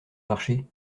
marché